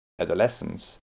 adolescence